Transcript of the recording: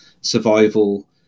survival